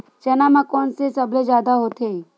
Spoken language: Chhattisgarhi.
चना म कोन से सबले जादा होथे?